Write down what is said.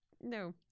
no